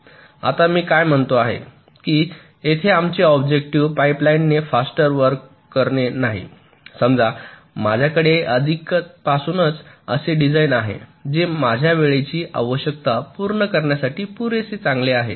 आता मी काय म्हणतो आहे की येथे आमचे ऑब्जेक्टिव्ह पाईप लाईन ने फास्टर वर्क करणे नाही समजा माझ्याकडे आधीपासूनच असे डिझाइन आहे जे माझ्या वेळेची आवश्यकता पूर्ण करण्यासाठी पुरेसे चांगले आहे